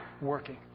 working